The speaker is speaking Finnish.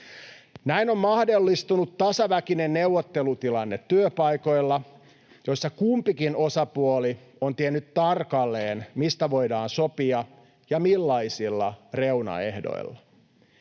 Näin on mahdollistunut tasaväkinen neuvottelutilanne työpaikoilla, joissa kumpikin osapuoli on tiennyt tarkalleen, mistä voidaan sopia ja millaisilla reunaehdoilla.